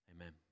Amen